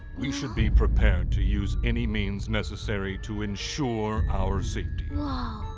we should be prepared to use any means necessary to ensure our safety. wow!